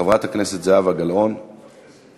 חברת הכנסת זהבה גלאון, בבקשה.